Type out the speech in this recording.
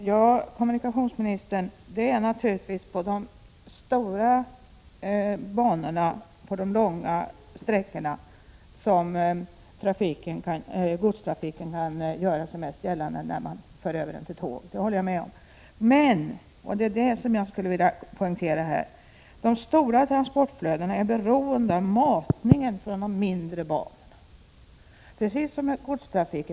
Herr talman! Ja, kommunikationsministern, det är naturligtvis på de stora banorna och de långa sträckorna som godstrafiken kan göra sig mest gällande när man för över den till tåg — det håller jag med om. Men — och det är det som jag skulle vilja poängtera här — de stora transportflödena är beroende av matningen från de mindre banorna.